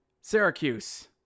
Syracuse